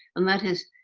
and that is,